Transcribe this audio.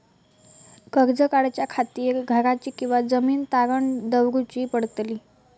कर्ज काढच्या खातीर घराची किंवा जमीन तारण दवरूची पडतली?